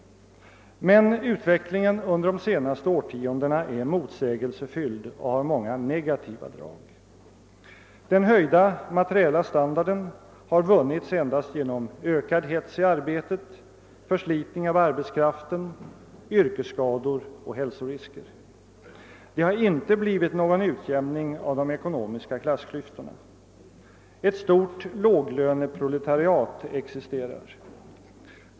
Men utvecklingen under de senaste årtiondena är motsägelsefylld och uppvisar många negativa drag. Den höjda materiella standarden har vunnits endast genom ökad hets i arbetet, förslitning av arbetskraften, yrkesskador och hälsorisker. Det har inte blivit någon utjämning av de ekonomiska klasskillnaderna. Ett stort låglöneproletariat existerar.